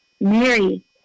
Mary